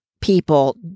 people